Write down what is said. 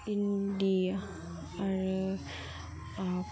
इन्दि आरो